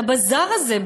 את הבזאר הזה?